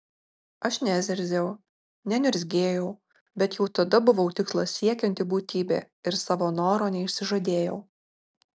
aš nezirziau neniurzgėjau bet jau tada buvau tikslo siekianti būtybė ir savo noro neišsižadėjau